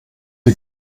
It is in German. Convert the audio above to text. die